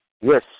Yes